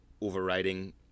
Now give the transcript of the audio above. overriding